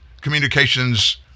Communications